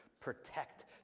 protect